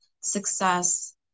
success